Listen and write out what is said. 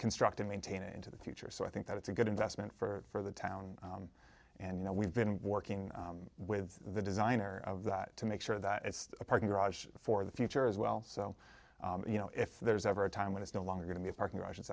construct and maintain it into the future so i think that it's a good investment for the town and you know we've been working with the designer of that to make sure that it's a parking garage for the future as well so you know if there's ever a time when it's no longer going to be a parking garage it's